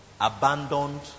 abandoned